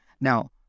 Now